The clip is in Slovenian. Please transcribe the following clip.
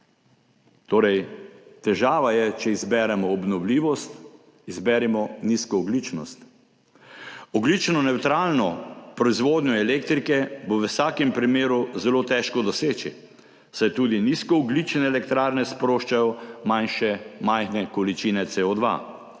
je torej, če izberemo obnovljivost, izberimo nizkoogljičnost. Ogljično nevtralno proizvodnjo elektrike bo v vsakem primeru zelo težko doseči, saj tudi nizkoogljične elektrarne sproščajo majhne količine CO2,